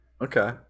Okay